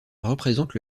représente